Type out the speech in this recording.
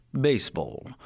baseball